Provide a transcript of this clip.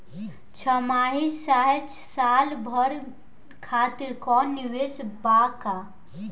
छमाही चाहे साल भर खातिर कौनों निवेश बा का?